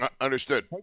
Understood